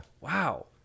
Wow